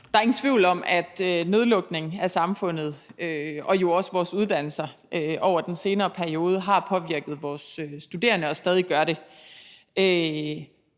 Der er ingen tvivl om, at nedlukningen af samfundet og jo også vores uddannelser over den senere periode har påvirket vores studerende og stadig gør det.